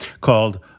called